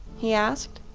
he asked.